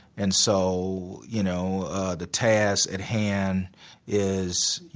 and so you know the task at hand is,